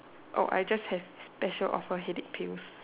oh I just have special offer headache pills